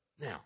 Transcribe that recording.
Now